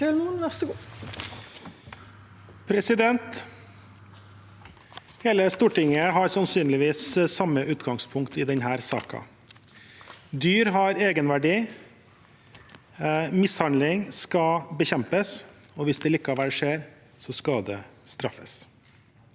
Hele Stortinget har sannsynligvis samme utgangspunkt i denne saken. Dyr har egenverdi, mishandling skal bekjempes, og hvis det allikevel skjer, skal det straffes.